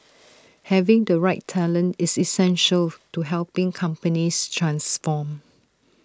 having the right talent is essential to helping companies transform